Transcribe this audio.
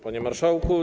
Panie Marszałku!